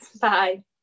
Bye